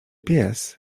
pies